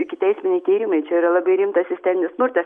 ikiteisminiai tyrimai čia yra labai rimtas sisteminis smurtas